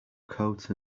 coat